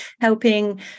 helping